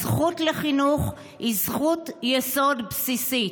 הזכות לחינוך היא זכות יסוד בסיסית.